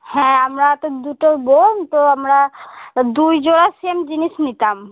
হ্যাঁ আমরা তো দুটো বোন তো আমরা দুই জোড়া সেম জিনিস নিতাম